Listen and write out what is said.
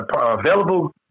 available